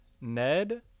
Ned